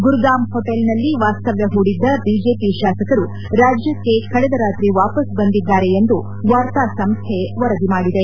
ಗುರುಗಾಮ್ ಹೋಟೆಲ್ನಲ್ಲಿ ವಾಸ್ತವ್ಯ ಹೂಡಿದ್ದ ಬಿಜೆಪಿ ಶಾಸಕರು ರಾಜ್ಯಕ್ಷೆ ಕಳೆದ ರಾತ್ರಿ ವಾಪಸ್ ಬಂದಿದ್ದಾರೆ ಎಂದು ವಾರ್ತಾ ಸಂಸ್ಥೆ ವರದಿ ಮಾಡಿದೆ